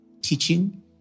teaching